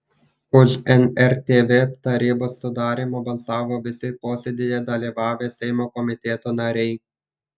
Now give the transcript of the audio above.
už nrtv tarybos sudarymą balsavo visi posėdyje dalyvavę seimo komiteto nariai